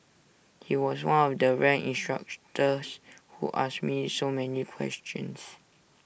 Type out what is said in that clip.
he was one of the rare instructors who asked me so many questions